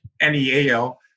N-E-A-L